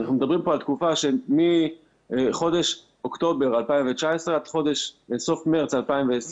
אנחנו מדברים פה על תקופה של מחודש אוקטובר 2019 עד סוף מרץ 2020,